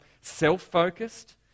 self-focused